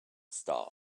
star